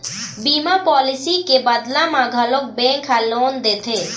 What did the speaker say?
बीमा पॉलिसी के बदला म घलोक बेंक ह लोन देथे